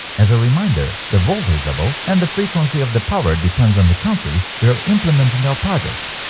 as a reminder the voltage level and the frequency of the power depends on the country we're implementing our project